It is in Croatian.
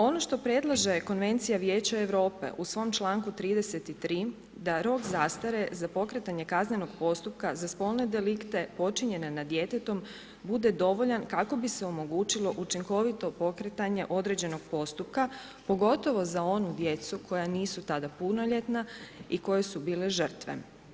Ono što predlaže Konvencija vijeća Europe u svom članku 33. da rok zastare za pokretanje kaznenog postupka za spolne delikte počinjene nad djetetom bude dovoljan kako bi se omogućilo učinkovito pokretanje određenog postupka, pogotovo za onu djecu koja nisu tada punoljetna i koje su bile žrtve.